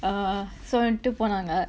so வண்ட்டு போனாங்க:vanttu ponaanga